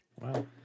Wow